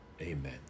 Amen